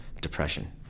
depression